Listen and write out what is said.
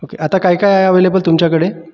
okay आता काय काय आहे अवेलेबल तुमच्याकडे